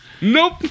Nope